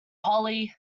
hollie